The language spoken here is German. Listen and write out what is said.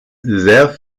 sehr